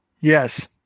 Yes